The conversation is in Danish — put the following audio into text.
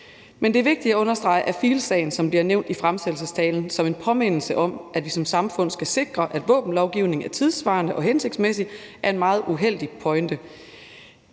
Men det er vigtigt at understrege, at Field's-sagen, som bliver nævnt i fremsættelsestalen som en påmindelse om, at vi som samfund skal sikre, at våbenlovgivningen er tidssvarende og hensigtsmæssigt, er en meget uheldig